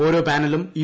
ഓരോ പാനലും യു